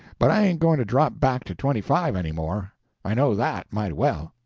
but i ain't going to drop back to twenty-five any more i know that, mighty well.